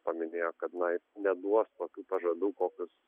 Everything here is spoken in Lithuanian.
paminėjo kad na jis neduos tokių pažadų kokius